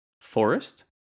forest